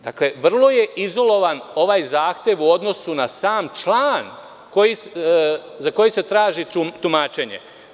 Dakle, vrlo je izolovan ovaj zahtev u odnosu na sam član za koji se traži tumačenje.